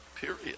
Period